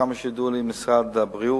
כמה שידוע לי, של משרד הבריאות,